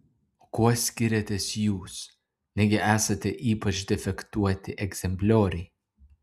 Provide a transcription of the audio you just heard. o kuo skiriatės jūs negi esate ypač defektuoti egzemplioriai